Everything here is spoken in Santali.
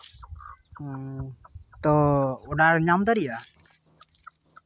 ᱛᱚ ᱚᱰᱟᱨ ᱧᱟᱢ ᱫᱟᱲᱮᱭᱟᱜᱼᱟ